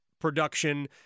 production –